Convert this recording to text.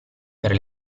per